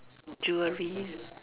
jewellery